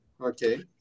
Okay